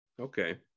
Okay